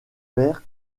père